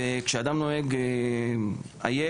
כשאדם נוהג עייף,